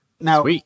Now